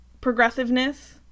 progressiveness